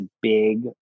big